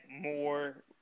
more